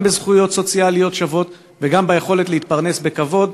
גם בזכויות סוציאליות שוות וגם ביכולת להתפרנס בכבוד,